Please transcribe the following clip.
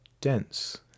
dense